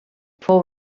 fou